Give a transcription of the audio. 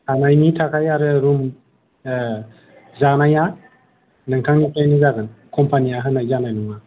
थानायनि थाखाय आरो रुम आरो जानाया नोंथांनिफ्रायनो जागोन कम्पानिया होनाय जानाय नङा